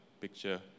picture